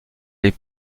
les